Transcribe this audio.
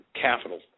capital